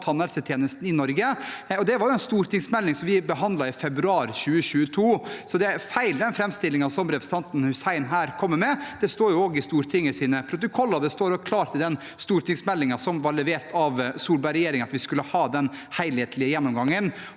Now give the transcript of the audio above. tannhelsetjenesten i Norge. Den stortingsmeldingen behandlet vi i februar 2022. Så den framstillingen som representanten Hussein her kommer med, er feil. Det står også i Stortingets protokoller. Det står klart i den stortingsmeldingen som var levert av Solberg-regjeringen, at vi skulle ha den helhetlige gjennomgangen,